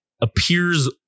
appears